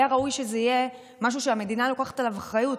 היה ראוי שזה יהיה משהו שהמדינה לוקחת עליו אחריות.